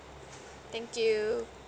thank you